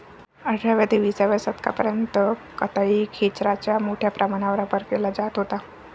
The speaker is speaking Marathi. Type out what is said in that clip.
अठराव्या ते विसाव्या शतकापर्यंत कताई खेचराचा मोठ्या प्रमाणावर वापर केला जात होता